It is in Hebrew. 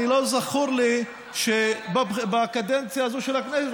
לא זכור בקדנציה הזאת של הכנסת,